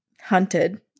hunted